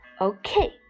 Okay